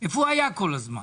איפה הוא היה כל הזמן?